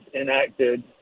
enacted